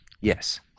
Yes